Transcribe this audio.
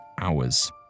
hours